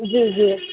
जी जी